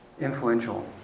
influential